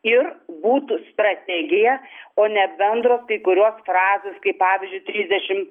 ir būtų strategija o ne bendros kai kurios frazės kaip pavyzdžiui trisdešim